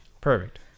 Perfect